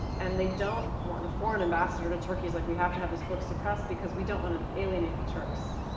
and they don't want the foreign ambassador to turkey is like we have to have this book suppressed because we don't want to alienate the turks.